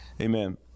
amen